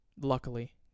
Luckily